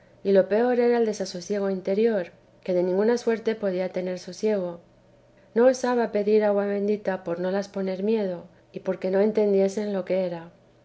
y lo peor era el desasosiego interior que de ninguna suerte podía tener sosiego no osaba pedir agua bendita por no las poner miedo y porque no entendiesen lo que era